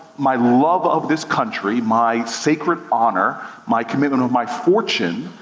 my love of this country, my sacred honor, my commitment of my fortune,